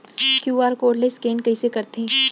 QR code ले scan कइसे करथे?